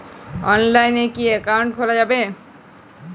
অনলাইনে কি অ্যাকাউন্ট খোলা যাবে?